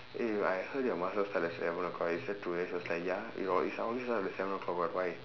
eh I heard your madrasah fetch at seven o'clock I said today she was like ya it always start at seven o'clock [what] why